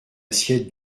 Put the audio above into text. assiette